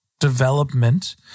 development